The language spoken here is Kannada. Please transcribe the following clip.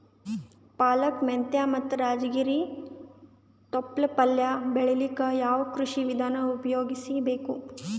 ಪಾಲಕ, ಮೆಂತ್ಯ ಮತ್ತ ರಾಜಗಿರಿ ತೊಪ್ಲ ಪಲ್ಯ ಬೆಳಿಲಿಕ ಯಾವ ಕೃಷಿ ವಿಧಾನ ಉಪಯೋಗಿಸಿ ಬೇಕು?